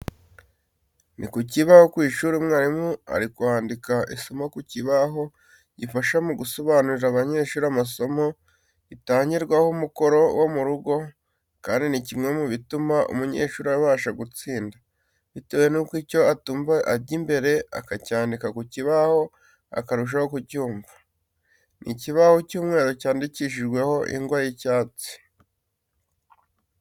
Ni ku kibaho mu ishuri, mwarimu yari ari kwandika isomo ku kibaho gifasha mu gusobanurira abanyeshuri amasomo, gitangirwaho umukoro wo mu rugo, kandi ni kimwe mubituma umunyeshuri abasha gutsinda, bitewe nuko icyo atumva ajya imbere akacyandika ku kibaho akarushaho kucyumva. Ni ikibaho cy'umweru cyandikishijweho ingwa y'icyatsi